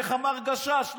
איך אמר הגשש?